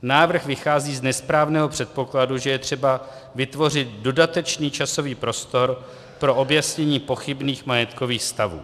Návrh vychází z nesprávného předpokladu, že je třeba vytvořit dodatečný časový prostor pro objasnění pochybných majetkových stavů.